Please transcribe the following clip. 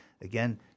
Again